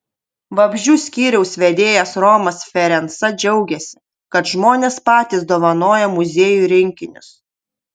vabzdžių skyriaus vedėjas romas ferenca džiaugiasi kad žmonės patys dovanoja muziejui rinkinius